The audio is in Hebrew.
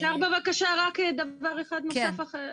אפשר בבקשה רק דבר אחד נוסף?